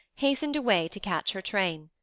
hastened away to catch her train.